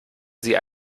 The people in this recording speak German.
sie